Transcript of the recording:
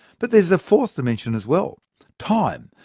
but there's a fourth dimension as well time.